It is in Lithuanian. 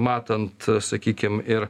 matant sakykim ir